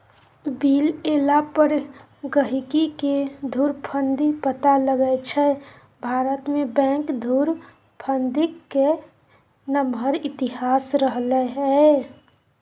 bill एला पर गहिंकीकेँ धुरफंदी पता लगै छै भारतमे बैंक धुरफंदीक नमहर इतिहास रहलै यै